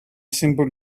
simple